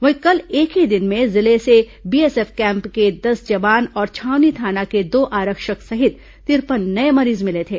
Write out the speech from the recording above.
वहीं कल एक ही दिन में जिले से बीएसएफ कैम्प के दस जवान और छावनी थाना के दो आरक्षक सहित तिरपन नये मरीज मिले थे